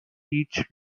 each